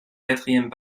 quatrième